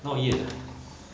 not yet ah